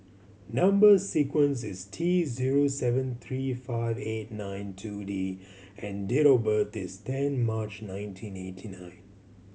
number sequence is T zero seven three five eight nine two D and date of birth is ten March nineteen eighty nine